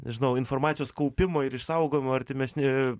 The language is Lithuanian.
nežinau informacijos kaupimo ir išsaugojimo artimesni